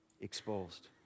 exposed